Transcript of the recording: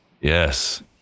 Yes